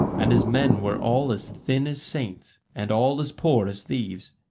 and his men were all as thin as saints, and all as poor as thieves.